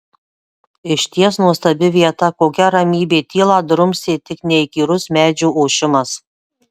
išties nuostabi vieta kokia ramybė tylą drumstė tik neįkyrus medžių ošimas